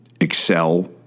excel